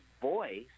voice